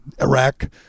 Iraq